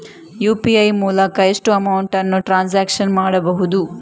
UPI ಮೂಲಕ ಎಷ್ಟು amount transaction ಮಾಡಬಹುದು?